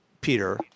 Peter